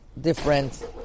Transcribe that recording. different